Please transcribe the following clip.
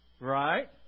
Right